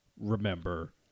remember